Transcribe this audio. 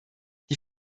die